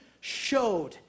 showed